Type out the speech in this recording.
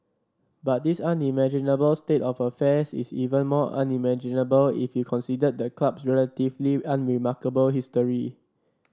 but this unimaginable state of affairs is even more unimaginable if you considered the club's relatively unremarkable history